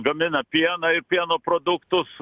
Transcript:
gamina pieną ir pieno produktus